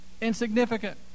insignificant